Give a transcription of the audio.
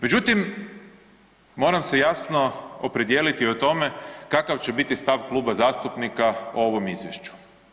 Međutim, moram se jasno opredijeliti o tome kakav će biti stav kluba zastupnika o ovom izvješću.